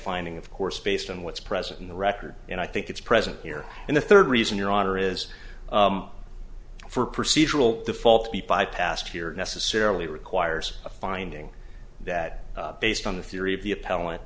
finding of course based on what's present in the record and i think it's present here and the third reason your honor is for procedural the fall to be bypassed here necessarily requires a finding that based on the theory of t